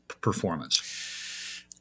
performance